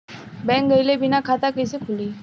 Bank गइले बिना खाता कईसे खुली?